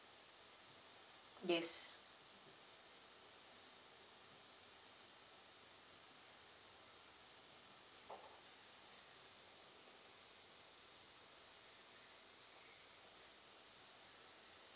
yes